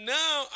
now